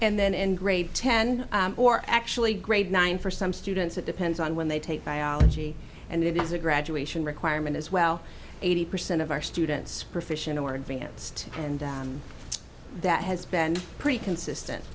and then in grade ten or actually grade nine for some students it depends on when they take biology and it has a graduation requirement as well eighty percent of our students proficiency or advanced and that has been pretty consistent